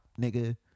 nigga